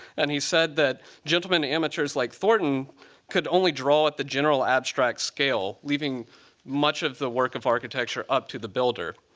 and he said that gentleman amateurs like thornton could only draw at the general abstract scale, leaving much of the work of architecture up to the builder.